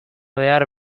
behar